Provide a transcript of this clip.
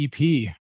EP